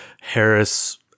Harris